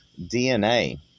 DNA